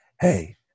Hey